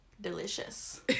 Delicious